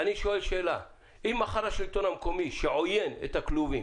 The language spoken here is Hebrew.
אני שואל שאלה: אם מחר השלטון המקומי שעוין את הכלובים